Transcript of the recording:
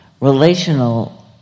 relational